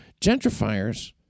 Gentrifiers